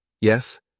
Yes